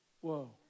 whoa